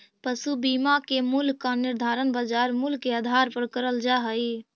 पशु बीमा के मूल्य का निर्धारण बाजार मूल्य के आधार पर करल जा हई